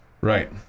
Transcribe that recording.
right